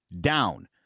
down